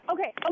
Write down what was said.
okay